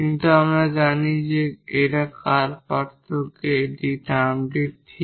কিন্তু আমরা জানতে পারি যে কার পার্থক্যে এই টার্মটি ঠিক